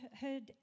heard